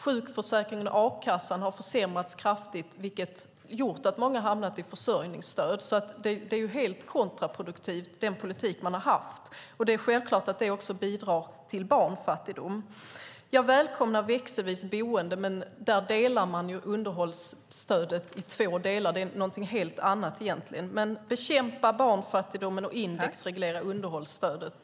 Sjukförsäkringen och a-kassan har försämrats kraftigt, vilket har gjort att många behöver få försörjningsstöd. Den politik man har fört är helt kontraproduktiv. Det är självklart att det också bidrar till barnfattigdom. Jag välkomnar växelvis boende, men där delar man ju underhållsstödet i två delar. Det är egentligen någonting helt annat. Bekämpa barnfattigdomen och indexreglera underhållsstödet!